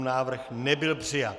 Návrh nebyl přijat.